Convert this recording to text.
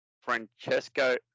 Francesco